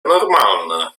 normalny